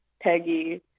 Peggy